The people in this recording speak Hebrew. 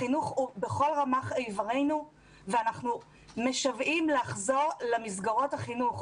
החינוך הוא בכל רמ"ח איברינו ואנחנו משוועים לחזור למסגרות החינוך.